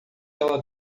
ela